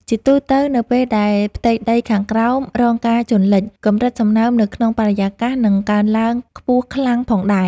ជាទូទៅ នៅពេលដែលផ្ទៃដីខាងក្រោមរងការជន់លិច កម្រិតសំណើមនៅក្នុងបរិយាកាសនឹងកើនឡើងខ្ពស់ខ្លាំងផងដែរ។